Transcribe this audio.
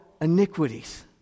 iniquities